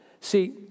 See